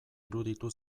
iruditu